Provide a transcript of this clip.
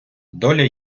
доля